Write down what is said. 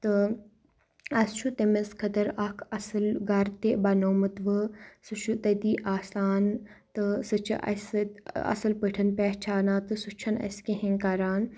تہٕ اَسہِ چھُ تٔمِس خٲطر اَکھ اَصٕل گَرٕ تہِ بَنومُت وٕ سُہ چھُ تٔتی آسان تہٕ سُہ چھِ اَسہِ سۭتۍ اَصٕل پٲٹھۍ پہچانا تہٕ سُہ چھُنہٕ اَسہِ کِہیٖنۍ کَران